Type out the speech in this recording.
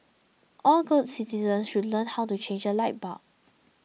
all good citizens should learn how to change a light bulb